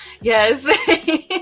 yes